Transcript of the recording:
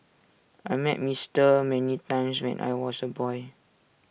I met Mister many times when I was A boy